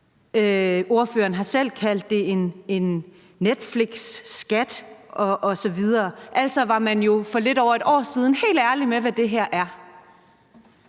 Ordføreren har selv kaldt det en Netflixskat osv. Man var altså for lidt over et år siden helt ærlige med, hvad det her er.